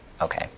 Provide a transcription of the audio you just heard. Okay